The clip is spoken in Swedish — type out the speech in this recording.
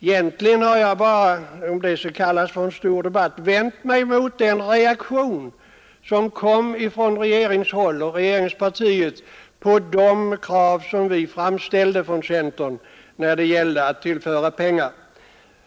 Egentligen har jag bara — om det skall kallas för en stor debatt — vänt mig mot den reaktion som kom från regeringshåll och regeringspartiet på de krav som vi i centern framställde när det gällde att tillföra pengar för mjölksubvention åt konsumenterna.